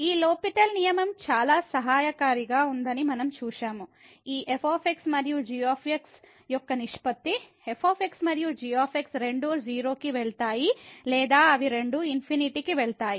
ఈ L'Hospital L'Hospital rule నియమం చాలా సహాయకారిగా ఉందని మనం చూశాము ఈ f మరియు g యొక్క నిష్పత్తి f మరియు g రెండూ 0 కి వెళ్తాయి లేదా అవి రెండూ ఇన్ఫినిటీకి వెళ్తాయి